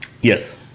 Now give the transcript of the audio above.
Yes